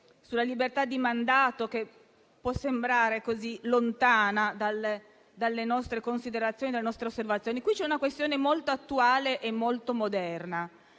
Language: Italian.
sulla libertà di mandato, che può sembrare lontana dalle nostre considerazioni e osservazioni. Qui ci sono due questioni molto attuali e molto moderne: